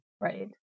right